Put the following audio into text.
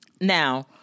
Now